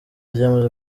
ryamaze